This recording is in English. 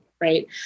right